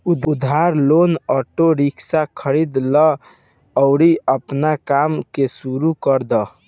उधार लेके auto rickshaw खरीद लअ अउरी आपन काम के शुरू कर दअ